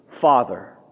Father